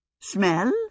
Smell